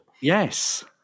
Yes